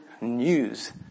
news